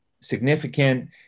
significant